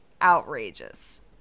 outrageous